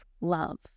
love